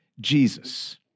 Jesus